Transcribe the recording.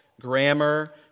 grammar